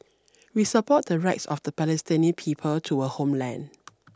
we support the rights of the Palestinian people to a homeland